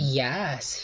yes